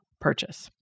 purchase